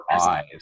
eyes